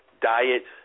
diet